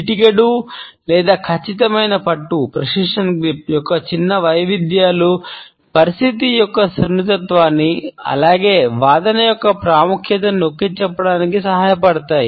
చిటికెడు యొక్క చిన్న వైవిధ్యాలు పరిస్థితి యొక్క సున్నితత్వాన్ని అలాగే వాదన యొక్క ప్రాముఖ్యతను నొక్కిచెప్పడానికి సహాయపడతాయి